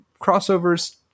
crossovers